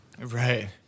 Right